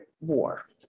war